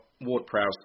Ward-Prowse